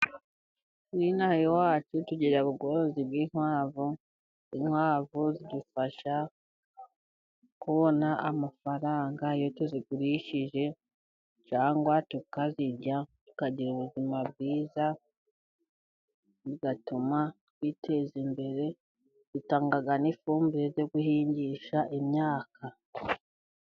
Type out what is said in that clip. Nino aha iwacu tugira ubworozi bw'inkwavu, inkwavu zidufasha kubona amafaranga iyo tuzigurishije cyangwa tukazirya tukagira ubuzima bwiza, bigatuma twiteza imbere, zitanga n'ifumbire ryo guhingisha imyaka.